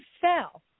fell